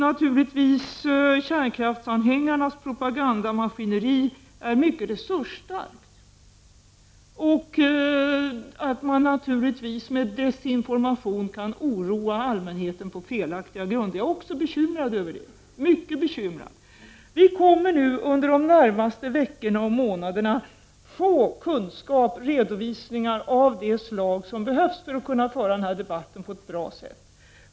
Naturligtvis är kärnkraftsanhängarnas propagandamaskineri mycket resursstarkt, och naturligtvis kan man med desinformation oroa allmänheten på felaktiga grunder. Jag är också mycket bekymrad över detta. Vi kommer under de närmaste veckorna och månaderna att få kunskap, redovisningar av det slag som behövs för att kunna föra denna debatt på ett bra sätt.